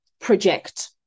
project